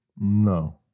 No